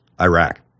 Iraq